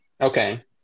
Okay